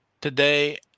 today